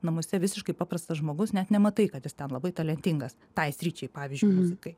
namuose visiškai paprastas žmogus net nematai kad jis ten labai talentingas tai sričiai pavyzdžiui muzikai